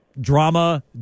drama